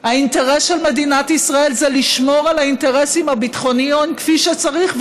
האינטרס של מדינת ישראל זה לשמור על האינטרסים הביטחוניים כפי שצריך,